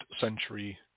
century